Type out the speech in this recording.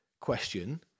question